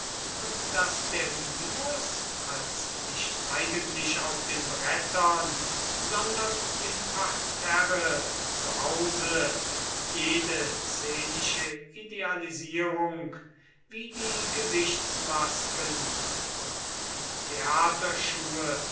und daß der mimus als nicht eigentlich auf den brettern sondern im parterre zu hause jede szenische idealisierung wie die gesichtsmasken und die